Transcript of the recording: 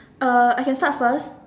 uh I can start first